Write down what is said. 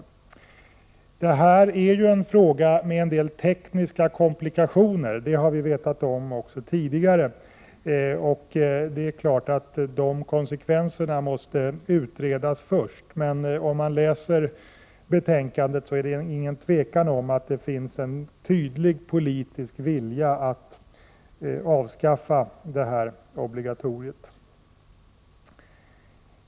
Att det här är en fråga med en del tekniska komplikationer har vi vetast om tidigare. Det är klart att dessa måste utredas först, men om man läser betänkandet är det inget tvivel om att det finns en tydlig politisk vilja att avskaffa obligatoriet.